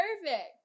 perfect